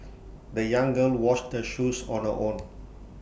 the young girl washed her shoes on her own